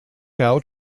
out